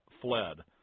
fled